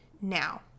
now